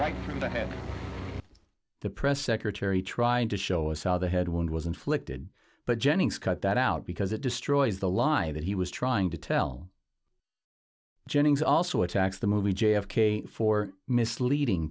from to have the press secretary trying to show us how the head wound was inflicted but jennings cut that out because it destroys the lie that he was trying to tell jennings also attacks the movie j f k for misleading